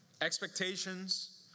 Expectations